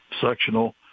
sectional